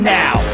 now